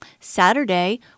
Saturday